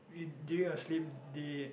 you during your slim day